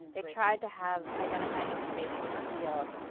they try to have identifying information revealed.